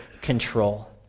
control